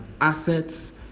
assets